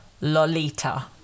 Lolita